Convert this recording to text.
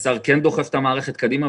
השר כן דוחף את המערכת קדימה,